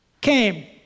came